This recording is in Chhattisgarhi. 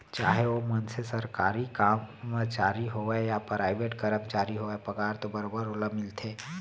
चाहे ओ मनसे सरकारी कमरचारी होवय या पराइवेट करमचारी होवय पगार तो बरोबर ओला मिलथे